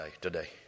today